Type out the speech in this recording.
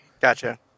Gotcha